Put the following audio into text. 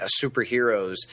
superheroes